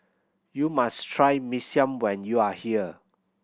you must try Mee Siam when you are here